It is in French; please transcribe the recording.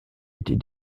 était